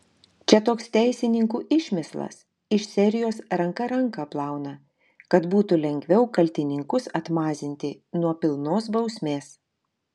čia toks teisininkų išmislas iš serijos ranka ranką plauna kad būtų lengviau kaltininkus atmazinti nuo pilnos bausmės